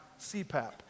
CPAP